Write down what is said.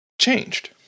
changed